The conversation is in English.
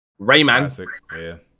Rayman